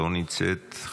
לא נמצאת.